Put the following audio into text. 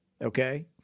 Okay